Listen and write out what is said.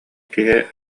киһи